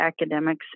academics